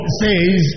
says